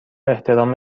احترام